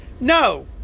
no